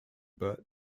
burt